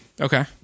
Okay